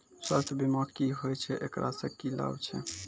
स्वास्थ्य बीमा की होय छै, एकरा से की लाभ छै?